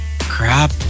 crap